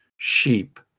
sheep